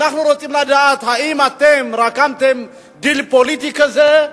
אנחנו רוצים לדעת, האם אתם רקמתם דיל פוליטי כזה?